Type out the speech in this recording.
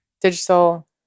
digital